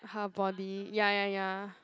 her body ya ya ya